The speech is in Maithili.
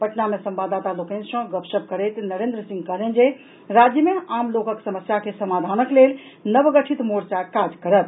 पटना मे संवाददाता लोकनि सॅ गपशप करैत नरेन्द्र सिंह कहलनि जे राज्य मे आम लोकक समस्या के समाधानक लेल नवगठित मोर्चा काज करत